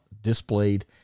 displayed